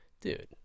Dude